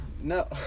No